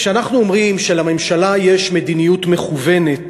כשאנחנו אומרים שלממשלה יש מדיניות מכוונת